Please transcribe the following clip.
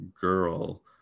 girl